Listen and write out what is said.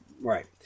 Right